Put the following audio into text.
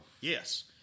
Yes